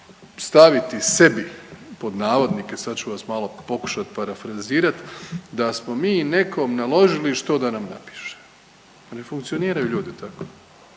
staviti sebi pod navodnike sada ću vas malo pokušati parafrizirati „da smo mi nekom naložili što da nam napiše“. Ne funkcioniraju ljudi tako,